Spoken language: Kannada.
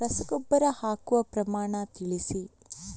ರಸಗೊಬ್ಬರ ಹಾಕುವ ಪ್ರಮಾಣ ತಿಳಿಸಿ